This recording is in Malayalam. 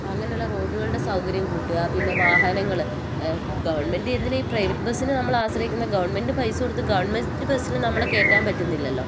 അങ്ങനെയുള്ള റോഡുകളുടെ സൗകര്യം കൂട്ടുക പിന്നെ വാഹനങ്ങൾ ഗവൺമെൻറ്റ് എന്തിനാണ് ഈ പ്രൈവറ്റ് ബസിനെ നമ്മൾ ആശ്രയിക്കുന്നത് ഗവൺമെൻറ്റിനു പൈസ കൊടുത്തു ഗവൺമെൻറ്റ് ബസിൽ നമ്മളെ കയറ്റാൻ പറ്റുന്നില്ലല്ലോ